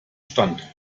stand